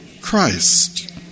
Christ